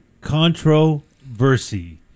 Controversy